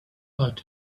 but